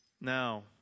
Now